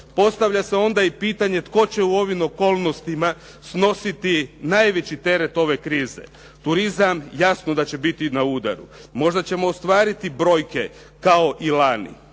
Postavlja se onda i pitanje tko će u ovim okolnostima snositi najveći teret ove krize? Turizam, jasno da će biti na udaru. Možda ćemo ostvariti brojke kao i lani,